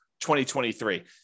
2023